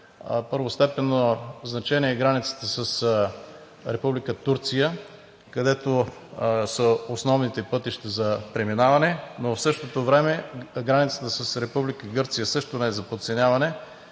първостепенно значение е границата с Република Турция, където са основните пътища за преминаване, но в същото време границата с Република Гърция също не е за подценяване.